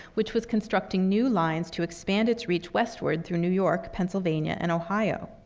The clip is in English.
which was constructing new lines to expand its reach westward, through new york, pennsylvania, and ohio.